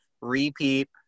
repeat